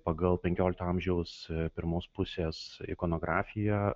pagal penkiolikto amžiaus pirmos pusės ikonografiją